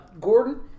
Gordon